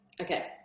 okay